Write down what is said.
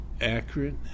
accurate